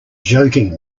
joking